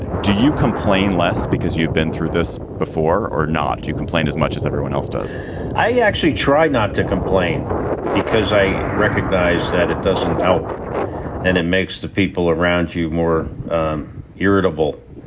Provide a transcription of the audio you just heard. do you complain less because you've been through this before or not? you complain as much as everyone else does i actually try not to complain because i recognize that it doesn't help and it makes the people around you more irritable.